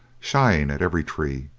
shying at every tree.